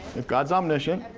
if god's omniscient,